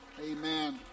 Amen